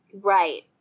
Right